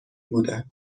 بودن